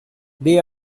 they